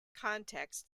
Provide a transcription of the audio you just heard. context